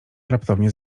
raptownie